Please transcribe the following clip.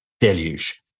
deluge